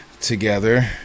together